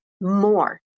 more